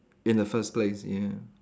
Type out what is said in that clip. in the first place ya